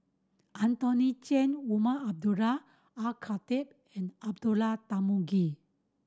Anthony Then Umar Abdullah Al Khatib and Abdullah Tarmugi